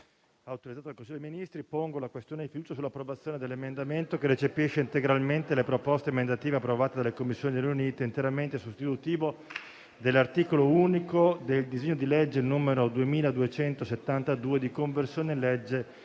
autorizzato dal Consiglio dei ministri, pongo la questione di fiducia sull'approvazione dell'emendamento che recepisce integralmente le proposte emendative approvate dalle Commissioni riunite e interamente sostitutivo dell'articolo unico del disegno di legge n. 2272, di conversione in legge